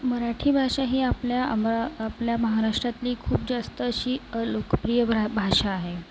मराठी भाषा ही आपल्या अमरा आपल्या महाराष्ट्रातली खूप जास्त अशी लोकप्रिय ब भाषा आहे